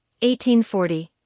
1840